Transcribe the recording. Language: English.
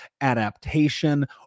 adaptation